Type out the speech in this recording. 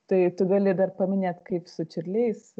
tai tu gali dar paminėt kaip su čiurliais